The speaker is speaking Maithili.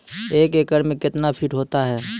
एक एकड मे कितना फीट होता हैं?